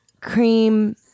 cream